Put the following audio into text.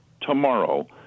tomorrow